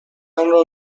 آنرا